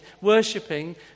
worshipping